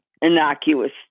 innocuous